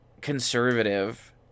conservative